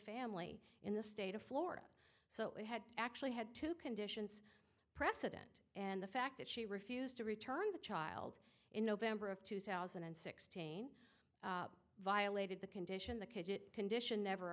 family in the state of florida so it had actually had two conditions precedent and the fact that she refused to return the child in november of two thousand and sixteen violated the condition the cage it condition never